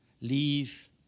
Leave